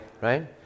right